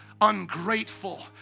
ungrateful